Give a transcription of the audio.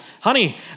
honey